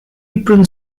apron